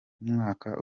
umwaka